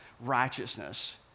righteousness